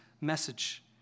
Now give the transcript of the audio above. message